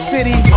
City